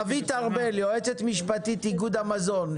רוית ארבל, יועצת משפטית, איגוד המזון.